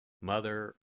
Mother